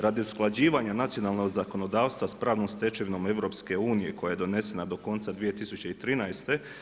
Radi usklađivanja nacionalnog zakonodavstva s pravnom stečevinom EU koja je donesena do konca 2013.